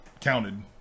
counted